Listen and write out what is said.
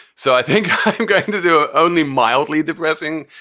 so i think to do ah only mildly depressing